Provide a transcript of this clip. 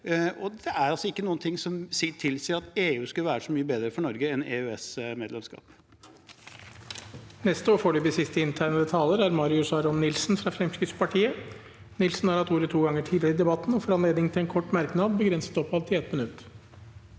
Det er altså ikke noe som tilsier at EU skulle være så mye bedre for Norge enn EØS-medlemskap.